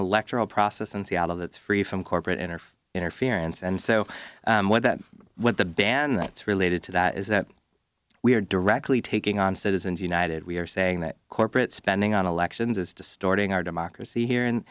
electoral process in seattle that's free from corporate inner interference and so what that what the band that's related to that is that we are directly taking on citizens united we are saying that corporate spending on elections is distorting our democracy here